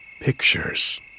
pictures